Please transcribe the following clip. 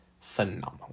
phenomenal